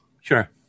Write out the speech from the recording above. Sure